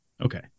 Okay